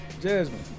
Jasmine